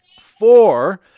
Four